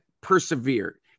persevere